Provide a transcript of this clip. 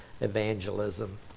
evangelism